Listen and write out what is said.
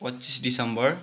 पच्चिस डिसम्बर